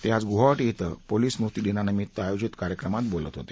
ते आज गुवाहाटी ॐ पोलिस स्मृतीदिनानिमित्त आयोजित कार्यक्रमात बोलत होते